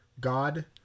god